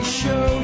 show